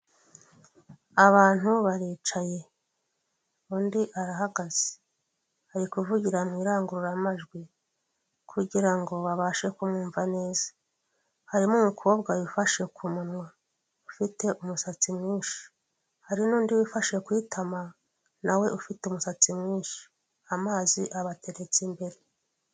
Abantu baricaye. Undi arahagaze, ari kuvugira mu irangururamajwi. Kugira ngo babashe kumwumva neza. Harimo umukobwa wifashe ku munwa ufite umusatsi mwinshi hari n'undi wifashe ku itama, nawe ufite umusatsi mwinshi. Amazi abateretse imbere.